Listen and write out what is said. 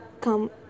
come